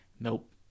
Nope